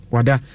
Wada